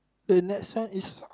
the next one is